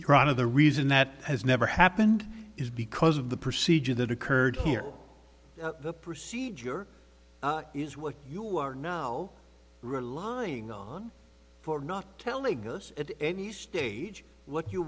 proud of the reason that has never happened is because of the procedure that occurred here the procedure is what you are now relying on for not telling us at any stage what you